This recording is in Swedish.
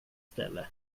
ställe